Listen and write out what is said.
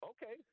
Okay